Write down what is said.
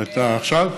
מה זה אומר?